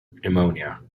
pneumonia